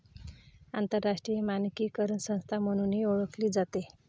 आंतरराष्ट्रीय मानकीकरण संस्था म्हणूनही ओळखली जाते